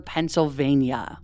Pennsylvania